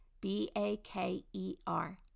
B-A-K-E-R